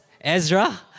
Ezra